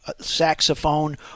saxophone